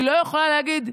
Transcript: היא לא יכולה להגיד: